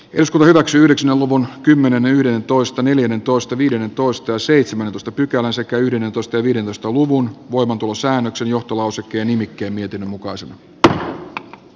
esko hyväksy lopun kymmenen yhdentoista neljännentoista viidennentoista seitsemäntoista pykälän sekä yhden otos talvilinnustoluvun voimaantulosäännöksen johtolausekkeen nimikkeen joten kannatan saarikon esitystä